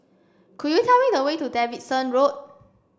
could you tell me the way to Davidson Road